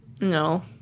No